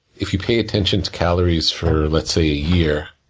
if you pay attention to calories for, let's say a year,